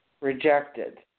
rejected